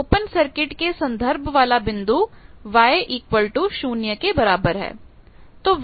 इस open circuit के संदर्भ वाला बिंदु y0 है